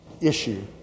issue